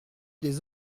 des